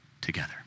together